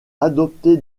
adopté